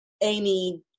amy